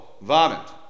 vomit